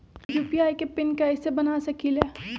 UPI के PIN कैसे बना सकीले?